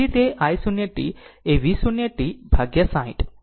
તેથી તે i 0 t એ V 0 t ભાગ્યા 60